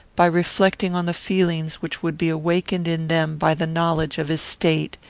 by reflecting on the feelings which would be awakened in them by the knowledge of his state,